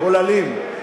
מהוללים,